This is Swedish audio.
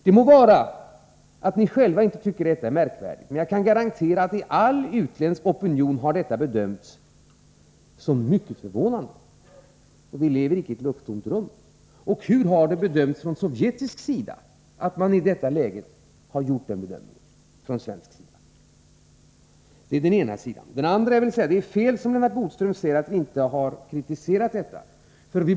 Det må vara att ni själva inte tycker att detta är märkvärdigt, men jag kan garantera att all utländsk opinion har bedömt detta som mycket förvånande. Vi lever icke i ett lufttomt rum. Hur har det från sovjetisk sida uppfattats, att man från svensk sida i detta läge har gjort denna bedömning? Lennart Bodström har fel när han säger att vi inte har kritiserat detta.